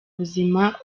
buzima